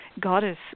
goddess